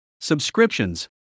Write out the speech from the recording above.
subscriptions